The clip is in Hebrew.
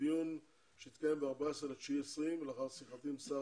בדיון שהתקיים ב-14.9.20 ולאחר שיחתי עם שר